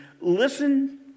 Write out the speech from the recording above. Listen